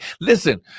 listen